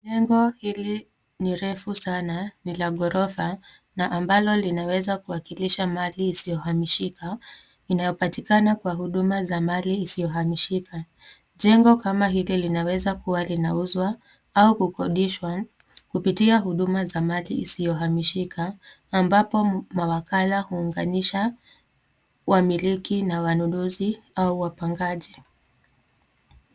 Jengo hili ni refu sana ni la ghorofa na ambalo linaweza kuwakilisha mali isiyohamishika inayopatikana kwa huduma ya mali isiyohamishika. Jengo kama hili linaweza kuwa linauzwa au kukodishwa kupitia huduma za mali isiyohamishika ambapo mawakala huwaunganisha wamiliki na wanunuzi au wapangaji.